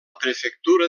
prefectura